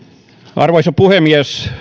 arvoisa puhemies